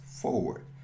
forward